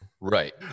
Right